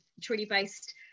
treaty-based